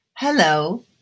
Hello